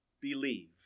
believe